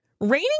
Raining